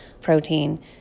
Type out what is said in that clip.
protein